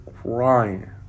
crying